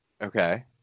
Okay